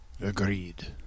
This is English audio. Agreed